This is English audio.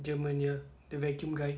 german nya the vacuum guy